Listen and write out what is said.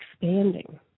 expanding